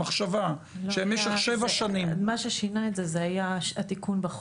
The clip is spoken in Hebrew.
מה ששינה את זה היה התיקון בחוק.